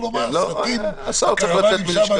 השר צריך לצאת מלשכתו.